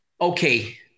okay